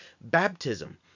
baptism